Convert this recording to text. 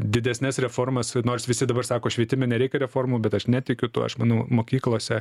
didesnes reformas nors visi dabar sako švietime nereikia reformų bet aš netikiu tuo aš manau mokyklose